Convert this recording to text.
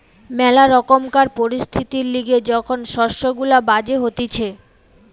ম্যালা রকমকার পরিস্থিতির লিগে যখন শস্য গুলা বাজে হতিছে